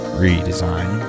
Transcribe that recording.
redesign